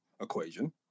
equation